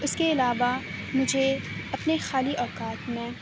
اس کے علاوہ مجھے اپنے خالی اوقات میں